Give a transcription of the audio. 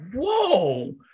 whoa